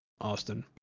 Austin